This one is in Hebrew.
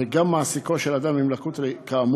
וגם מעסיקו של אדם עם לקות כאמור,